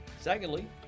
Secondly